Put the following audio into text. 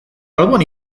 alboan